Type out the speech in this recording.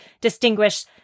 distinguish